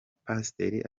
pasiteri